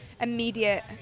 immediate